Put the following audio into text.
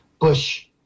Bush